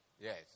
Yes